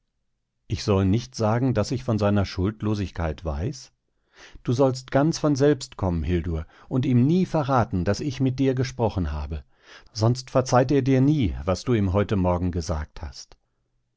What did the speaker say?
ich soll nicht sagen daß ich von seiner schuldlosigkeit weiß du sollst ganz von selbst kommen hildur und ihm nie verraten daß ich mit dir gesprochen habe sonst verzeiht er dir nie was du ihm heute morgen gesagt hast